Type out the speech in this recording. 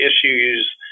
issues